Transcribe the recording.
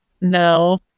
No